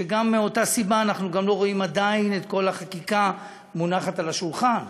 ומאותה סיבה אנחנו גם לא רואים עדיין את כל החקיקה מונחת על השולחן.